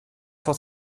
fått